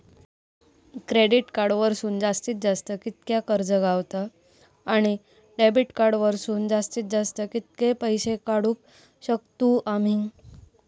Credit card वरसून जास्तीत जास्त कितक्या कर्ज गावता, आणि डेबिट कार्ड वरसून जास्तीत जास्त कितके पैसे काढुक शकतू आम्ही?